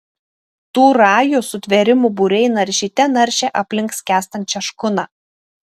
tų rajų sutvėrimų būriai naršyte naršė aplink skęstančią škuną